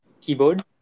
keyboard